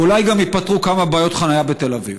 ואולי גם ייפתרו כמה בעיות חניה בתל אביב.